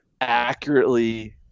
accurately